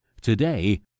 Today